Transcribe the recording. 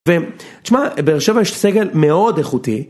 ותשמע לבאר שבע יש סגל מאוד איכותי.